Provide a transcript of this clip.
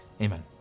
Amen